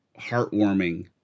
heartwarming